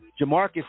Jamarcus